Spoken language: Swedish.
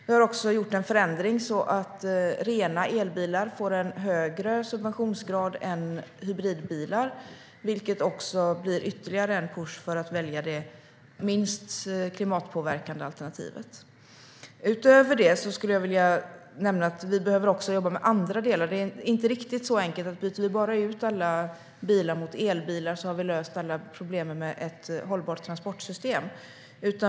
Vi har också gjort en förändring så att rena elbilar får en högre subventionsgrad än hybridbilar, vilket blir ytterligare en push för att välja det minst klimatpåverkande alternativet. Utöver detta skulle jag vilja nämna att vi behöver jobba också med andra delar. Det är inte riktigt så enkelt att om vi bara byter ut alla bilar mot elbilar har vi löst alla problem med ett hållbart transportsystem.